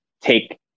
take